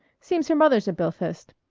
seems her mother's a bilphist.